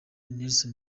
nelson